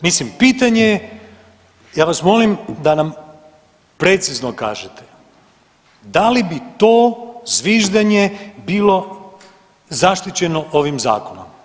Mislim pitanje je, ja vas molim da nam precizno kažete da li bi to zviždenje bilo zaštićeno ovim zakonom?